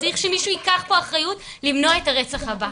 צריך שמישהו ייקח פה אחריות למנוע את הרצח הבא.